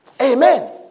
Amen